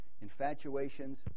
Infatuations